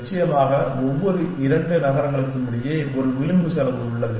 நிச்சயமாக ஒவ்வொரு இரண்டு நகரங்களுக்கும் இடையே ஒரு விளிம்பு செலவு உள்ளது